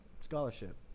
scholarship